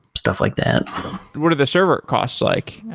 stuff like that what are the server costs? like i